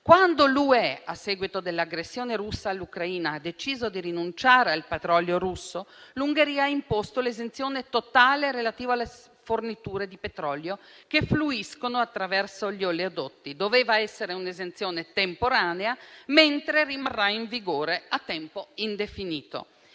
europea, a seguito dell'aggressione russa all'Ucraina, ha deciso di rinunciare al petrolio russo, l'Ungheria ha imposto l'esenzione totale relativa alle forniture di petrolio che fluiscono attraverso gli oleodotti. Doveva essere un'esenzione temporanea, mentre rimarrà in vigore a tempo indefinito.